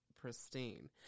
pristine